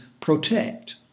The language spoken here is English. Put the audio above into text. protect